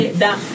down